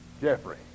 Jeffrey